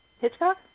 Hitchcock